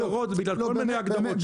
לא, זה בגלל כל מיני הגדרות.